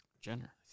Jenner